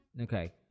okay